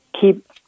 keep